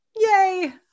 Yay